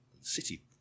City